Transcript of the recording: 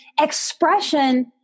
expression